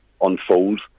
unfold